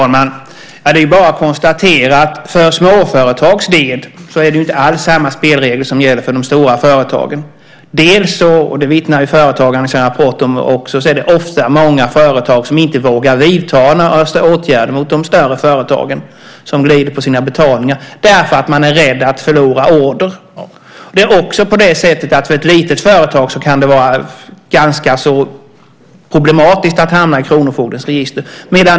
Fru talman! Det är bara att konstatera att för småföretags del är det inte alls samma spelregler som gäller som för de stora företagen. Det vittnar företagarna om i sina rapporter. Det är ofta många företag som inte vågar vidta några åtgärder mot de större företagen som glider på sina betalningar. De är rädda att förlora order. För ett litet företag kan det också vara ganska problematiskt att hamna i kronofogdens register.